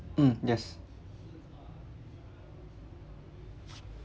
mm yes